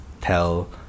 tell